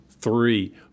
three